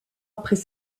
après